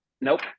Nope